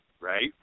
Right